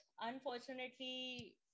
unfortunately